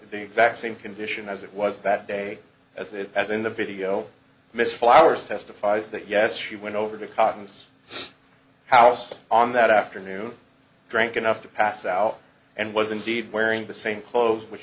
the exact same condition as it was that day as it as in the video miss flower's testifies that yes she went over to cottons house on that afternoon drank enough to pass out and was indeed wearing the same clothes which